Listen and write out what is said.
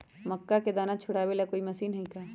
मक्का के दाना छुराबे ला कोई मशीन हई का?